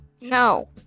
No